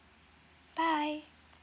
bye